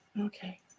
okay